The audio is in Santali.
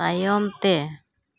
ᱛᱟᱭᱚᱢ ᱛᱮ